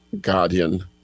Guardian